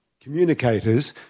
communicators